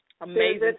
Amazing